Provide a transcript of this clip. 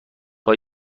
های